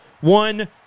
One